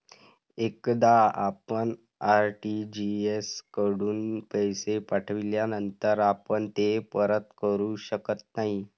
एकदा आपण आर.टी.जी.एस कडून पैसे पाठविल्यानंतर आपण ते परत करू शकत नाही